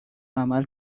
عمل